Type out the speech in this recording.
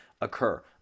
occur